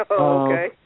Okay